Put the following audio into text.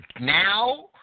now